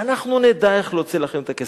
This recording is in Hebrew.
ואנחנו נדע איך להוציא לכם את הכסף.